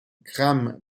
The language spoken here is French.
graham